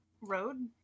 road